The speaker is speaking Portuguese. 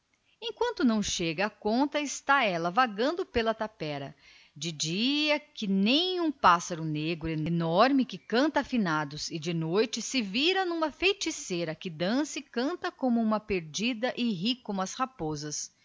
isso não chega vaga pela tapera a pobre alma penada de dia que nem um pássaro negro enorme que canta a finados e de noite vira-se numa feiticeira que dança e canta rindo como as raposas